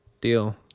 deal